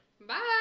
Bye